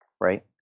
right